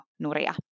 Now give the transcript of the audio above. Nuria